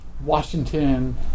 Washington